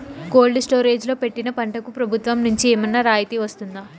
Cold storage లో పెట్టిన పంటకు ప్రభుత్వం నుంచి ఏమన్నా రాయితీ వస్తుందా?